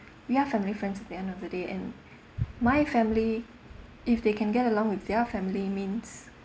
we are family friends they are nobody and my family if they can get along with their family means